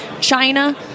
China